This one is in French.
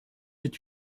est